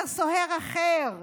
אומר סוהר אחר.